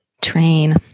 Train